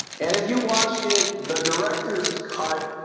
and if you watched it the director's cut